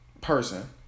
person